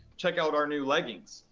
check out our new leggings.